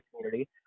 community